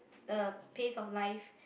the pace of life